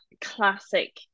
classic